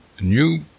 new